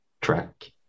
track